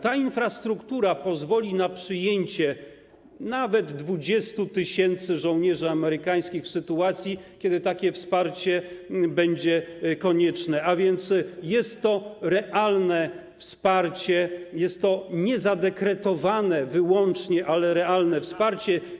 Ta infrastruktura pozwoli na przyjęcie nawet 20 tys. żołnierzy amerykańskich, w sytuacji gdy takie wsparcie będzie konieczne, a więc jest to realne wsparcie, jest to nie wyłącznie zadekretowane, ale realne wsparcie.